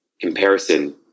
Comparison